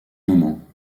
moment